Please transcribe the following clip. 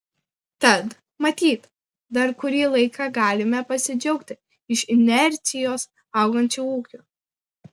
tad matyt dar kurį laiką galime pasidžiaugti iš inercijos augančiu ūkiu